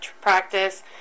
practice